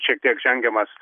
šiek tiek žengiamas